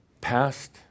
past